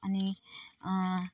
अनि